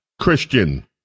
christian